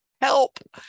help